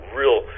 real